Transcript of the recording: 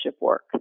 work